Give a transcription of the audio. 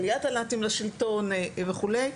עליית הנאצים לשלטון וכולי,